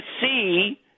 see